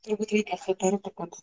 turbūt reikia sutarti kad